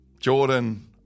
Jordan